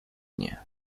dnie